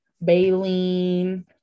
Baleen